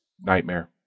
nightmare